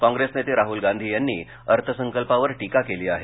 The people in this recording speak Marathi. काँग्रेस नेते राहल गांधी यांनी अर्थसंकल्पावर टीका केली आहे